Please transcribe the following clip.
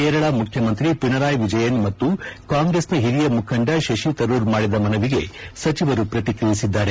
ಕೇರಳ ಮುಖ್ಯಮಂತ್ರಿ ಪಿಣರಾಯ್ ವಿಜಯನ್ ಮತ್ತು ಕಾಂಗ್ರೆಸ್ ನ ಹಿರಿಯ ಮುಖಂಡ ಶಶಿ ತರೂರ್ ಮಾಡಿದ ಮನವಿಗೆ ಸಚಿವರು ಪ್ರತಿಕ್ರಿಯಿಸಿದ್ದಾರೆ